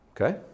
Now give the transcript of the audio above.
Okay